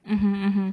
mmhmm mmhmm